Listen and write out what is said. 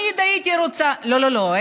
הם עלו עד 1953. לא, לא, לא.